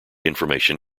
information